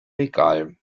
egal